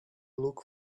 look